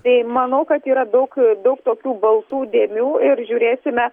tai manau kad yra daug daug tokių baltų dėmių ir žiūrėsime